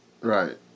right